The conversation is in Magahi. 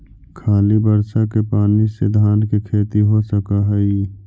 खाली बर्षा के पानी से धान के खेती हो सक हइ?